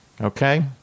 Okay